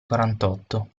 quarantotto